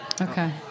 Okay